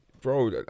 bro